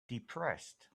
depressed